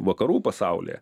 vakarų pasaulyje